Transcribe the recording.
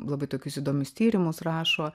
labai tokius įdomius tyrimus rašo